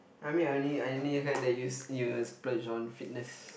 I mean I only I only heard that you you splurge on fitness